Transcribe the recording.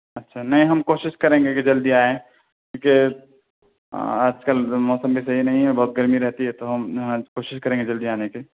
اچھا نہیں ہم کوشش کریں گے کہ جلدی آئیں کیونکہ آج کل موسم بھی صحیح نہیں ہے بہت گرمی رہتی ہے تو ہم کوشش کریں گے جلدی آنے کی